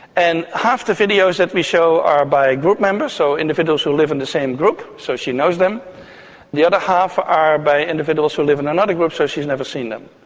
and half the videos that we show are by group members, so individuals who live in the same group, so she knows them, and the other half are by individuals who live in another group, so she's never seen them.